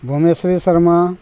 Bameshwari Sharma